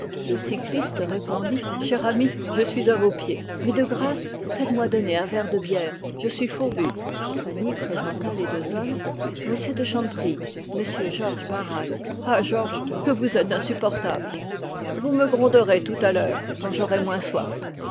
le cycliste répondit chère amie je suis à vos pieds mais de grâce faites-moi donner un verre de bière je suis fourbu fanny présenta les deux hommes m de chanteprie m georges barral ah georges que vous êtes insupportable vous me gronderez tout à l'heure quand j'aurai moins soif